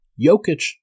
Jokic